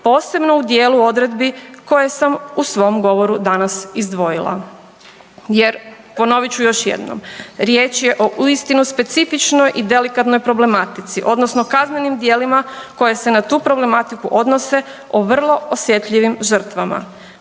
posebno u dijelu odredbi koje sam u svom govoru danas izdvojila jer, ponovit ću još jednom, riječ je o uistinu specifičnoj i delikatnoj problematici, odnosno kaznenim djelima koje se na tu problematiku odnose o vrlo osjetljivim žrtvama